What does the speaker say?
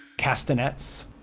castanets,